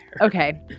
Okay